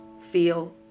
Feel